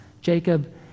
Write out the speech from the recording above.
Jacob